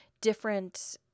different